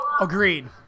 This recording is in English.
agreed